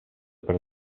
per